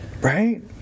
right